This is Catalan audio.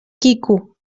quico